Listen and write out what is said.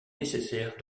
nécessaire